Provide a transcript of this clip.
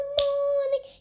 morning